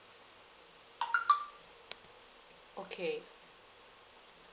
okay